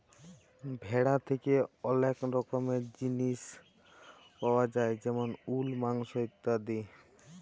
ভেড়া থ্যাকে ওলেক রকমের জিলিস পায়া যায় যেমল উল, মাংস ইত্যাদি